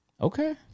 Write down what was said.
Okay